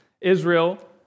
Israel